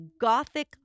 gothic